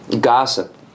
gossip